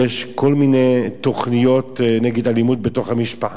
יש כל מיני תוכניות נגד אלימות בתוך המשפחה,